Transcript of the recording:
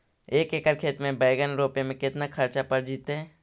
एक एकड़ खेत में बैंगन रोपे में केतना ख़र्चा पड़ जितै?